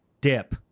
Dip